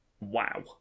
Wow